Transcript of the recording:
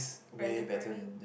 very different